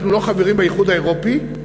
אנחנו לא חברים באיחוד האירופי.